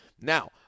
Now